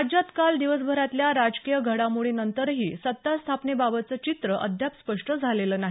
राज्यात काल दिवसभरातल्या राजकीय घडामोडींनंतरही सत्ता स्थापनेबाबतचं चित्र अद्याप स्पष्ट झालेलं नाही